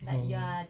orh